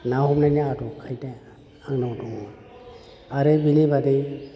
ना हमनायनि आदब खायदा आंनाव दङ आरो बेनि बादै